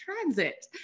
transit